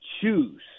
choose